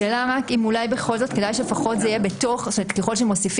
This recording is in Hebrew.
השאלה אם בכל זאת כדאי שככל שמוסיפים